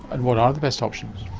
and what are the best options?